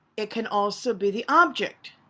it can also be the object.